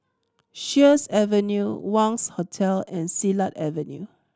Sheares Avenue Wangz Hotel and Silat Avenue